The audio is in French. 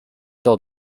heure